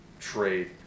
trade